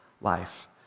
life